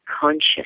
conscious